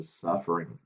suffering